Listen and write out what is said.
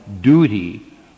duty